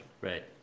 Right